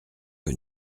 que